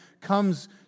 comes